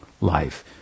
life